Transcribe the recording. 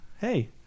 Hey